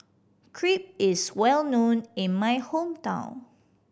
crepe is well known in my hometown